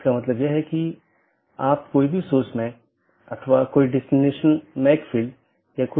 इन मार्गों को अन्य AS में BGP साथियों के लिए विज्ञापित किया गया है